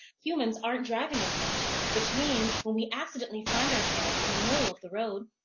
humans aren't driving as much, which means when we accidentally find ourselves in the middle of the road,